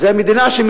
זה הפך להיות,